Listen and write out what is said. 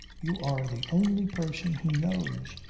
you are the only person who knows.